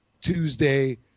Tuesday